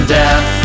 death